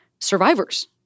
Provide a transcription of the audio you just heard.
survivors